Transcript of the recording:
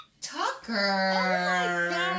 Tucker